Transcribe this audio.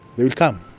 they would come